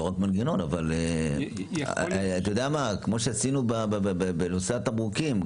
או לא רק על מנגנון, כמו שעשינו בנושא התמרוקים.